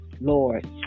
Lord